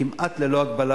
כמעט ללא הגבלה,